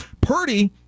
Purdy